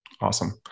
Awesome